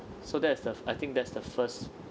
so that is the I think that's the first